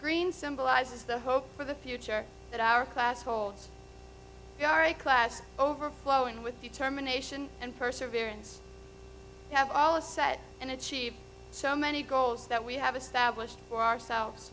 green symbolizes the hope for the future that our class holds we are a class overflowing with determination and perseverance have all a set and achieved so many goals that we have established for ourselves